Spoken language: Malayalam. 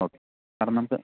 ഓക്കെ സാറെ നമുക്ക്